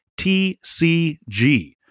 TCG